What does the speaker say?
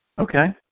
Okay